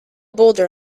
boulder